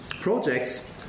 projects